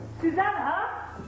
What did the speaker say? Susanna